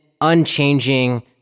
unchanging